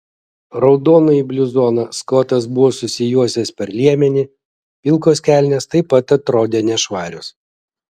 raudonąjį bluzoną skotas buvo susijuosęs per liemenį pilkos kelnės taip pat atrodė nešvarios